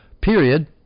period